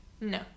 no